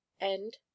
End